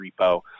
repo